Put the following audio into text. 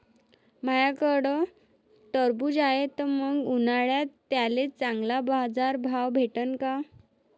माह्याकडं टरबूज हाये त मंग उन्हाळ्यात त्याले चांगला बाजार भाव भेटन का?